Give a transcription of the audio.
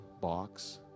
box